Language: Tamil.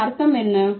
அதன் அர்த்தம் என்ன